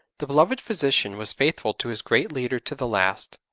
the beloved physician was faithful to his great leader to the last.